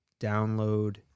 download